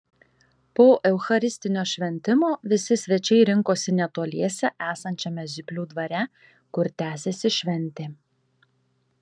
po eucharistinio šventimo visi svečiai rinkosi netoliese esančiame zyplių dvare kur tęsėsi šventė